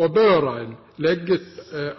og bør ein leggje